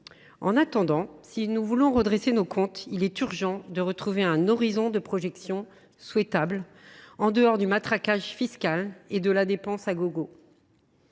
En attendant, si nous voulons redresser nos comptes, il est urgent de retrouver un horizon de projection souhaitable, en dehors du matraquage fiscal et de la dépense à gogo.